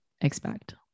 expect